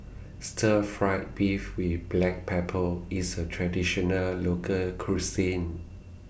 Stir Fried Beef with Black Pepper IS A Traditional Local Cuisine